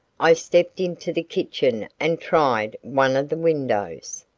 i stepped into the kitchen and tried one of the windows.